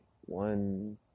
one